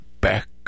back